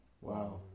Wow